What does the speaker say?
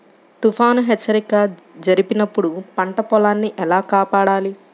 తుఫాను హెచ్చరిక జరిపినప్పుడు పంట పొలాన్ని ఎలా కాపాడాలి?